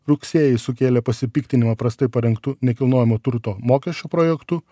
rugsėjį sukėlė pasipiktinimą prastai parengtu nekilnojamo turto mokesčio projektu